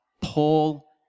Paul